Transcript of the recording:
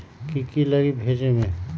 की की लगी भेजने में?